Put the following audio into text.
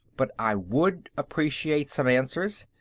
but i would appreciate some answers.